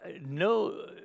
No